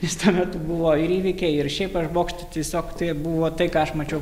jis tuomet buvo ir įvykiai ir šiaip aš bokštai tiesiog tai buvo tai ką aš mačiau